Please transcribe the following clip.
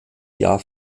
jahr